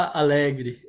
alegre